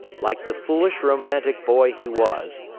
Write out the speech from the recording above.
like the foolish, romantic boy he was,